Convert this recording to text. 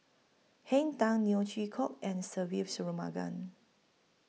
Henn Tan Neo Chwee Kok and Se Ve Shanmugam